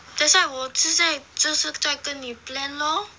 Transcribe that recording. that's why 我只 sa~ 只是在跟你 plan lor